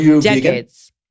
decades